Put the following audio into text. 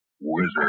Wizard